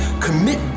Commit